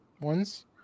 ones